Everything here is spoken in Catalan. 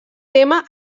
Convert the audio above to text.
tema